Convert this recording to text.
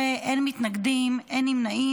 19 בעד, אין מתנגדים, אין נמנעים.